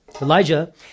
Elijah